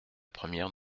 première